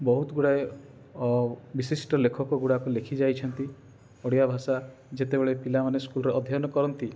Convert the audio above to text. ବହୁତ ଗୁଡ଼ାଏ ଅ ବିଶିଷ୍ଠ ଲେଖକ ଗୁଡ଼ାକ ଲେଖି ଯାଇଛନ୍ତି ଓଡ଼ିଆ ଭାଷା ଯେତେବେଳେ ପିଲାମାନେ ସ୍କୁଲରେ ଅଧ୍ୟୟନ କରନ୍ତି